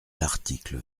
l’article